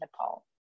Nepal